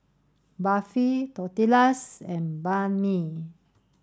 Barfi Tortillas and Banh Mi